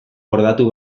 bordatu